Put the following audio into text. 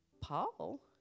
Paul